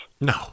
no